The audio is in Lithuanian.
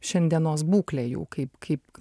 šiandienos būklę jų kaip kaip